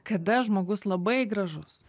kada žmogus labai gražus